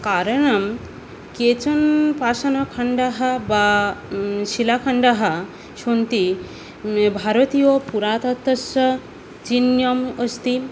कारणं केचन पाषाणखण्डाः वा शिलाखण्डाः सन्ति भारतीयपुरातत्वस्य चिह्नम् अस्ति